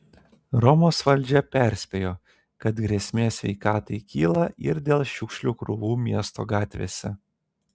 romos valdžia perspėjo kad grėsmė sveikatai kyla ir dėl šiukšlių krūvų miesto gatvėse